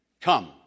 come